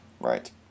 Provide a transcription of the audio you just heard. Right